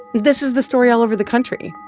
this is the story all over the country.